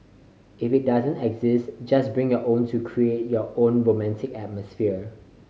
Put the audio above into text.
if it doesn't exist just bring your own to create your own romantic atmosphere